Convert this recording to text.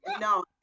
No